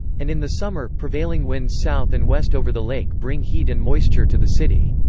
and in the summer, prevailing winds south and west over the lake bring heat and moisture to the city.